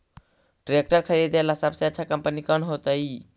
Tractor खरीदेला सबसे अच्छा कंपनी कौन होतई?